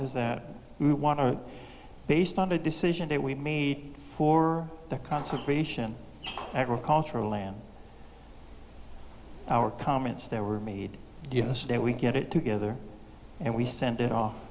is that we want based on the decision that we made for the conservation agricultural land our comments that were made that we get it together and we send it off